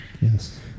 Yes